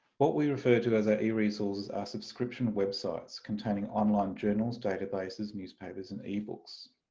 what we refer to as our eresources are subscription of websites containing online journals, databases, newspapers and ebooks.